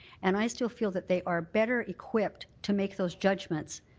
and i still feel that they are better equipped to make those judgments.